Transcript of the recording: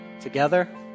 Together